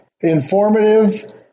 informative